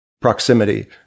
proximity